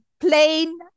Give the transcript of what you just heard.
plain